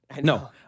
No